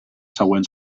següents